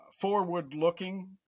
Forward-looking